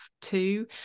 two